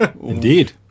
Indeed